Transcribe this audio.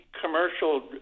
commercial